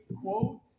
quote